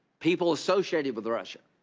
people associated with russia.